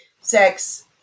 sex